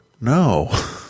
no